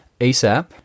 ASAP